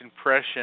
impression